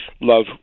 love